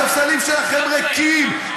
הספסלים שלכם ריקים,